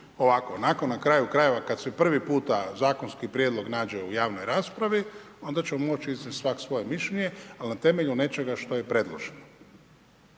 ovako, onako, na kraju krajeva, kada se prvi puta zakonski prijedlog nađe u javnoj raspravi, onda ćemo moći iznesti svaki svoje mišljenje, ali na temelju nečega što je predloženo.